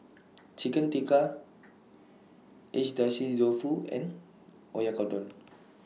Chicken Tikka Agedashi Dofu and Oyakodon